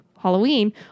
Halloween